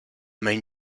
main